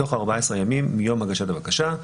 בתוך 14 ימים מיום הגשת הבקשה.